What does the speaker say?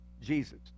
Jesus